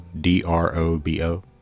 D-R-O-B-O